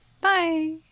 Bye